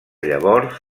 llavors